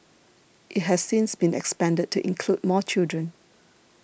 it has since been expanded to include more children